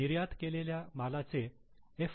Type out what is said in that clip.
निर्यात केलेल्या मालाचे एफ